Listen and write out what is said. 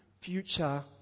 future